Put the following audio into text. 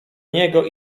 niego